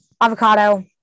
avocado